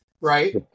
right